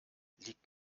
liegt